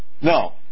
No